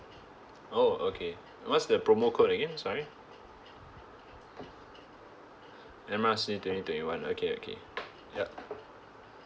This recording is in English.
oh okay what's the promo code again sorry M R C twenty twenty one okay okay yup